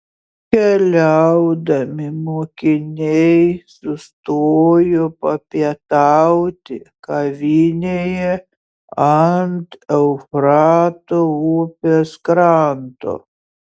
keliaudami mokiniai sustojo papietauti kavinėje ant eufrato upės kranto